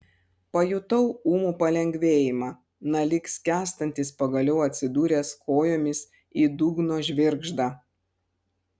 pajutau ūmų palengvėjimą na lyg skęstantis pagaliau atsidūręs kojomis į dugno žvirgždą